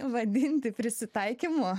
vadinti prisitaikymu